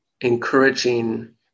encouraging